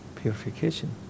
purification